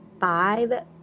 five